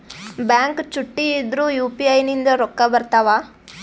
Bank ಚುಟ್ಟಿ ಇದ್ರೂ UPI ನಿಂದ ರೊಕ್ಕ ಬರ್ತಾವಾ?